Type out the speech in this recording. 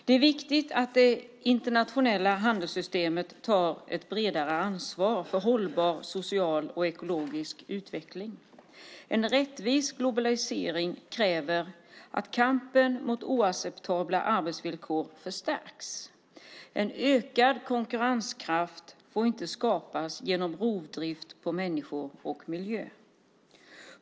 Det är viktigt att det internationella handelssystemet tar ett större ansvar för hållbar social och ekologisk utveckling. En rättvis globalisering kräver att kampen mot oacceptabla arbetsvillkor förstärks. En ökad konkurrenskraft får inte skapas genom rovdrift på människor och miljö.